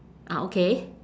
ah okay